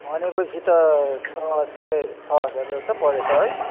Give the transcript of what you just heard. भनेपछि त छ साँढे छ हजार जस्तो पऱ्यो त है